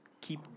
keep